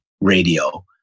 radio